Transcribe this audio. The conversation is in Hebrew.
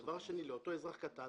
דבר שני, מאותו אזרח קטן